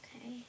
Okay